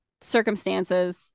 circumstances